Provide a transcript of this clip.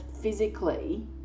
physically